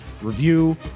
review